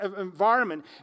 environment